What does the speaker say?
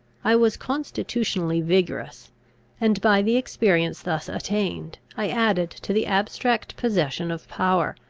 i was constitutionally vigorous and, by the experience thus attained, i added to the abstract possession of power,